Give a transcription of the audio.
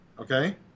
Okay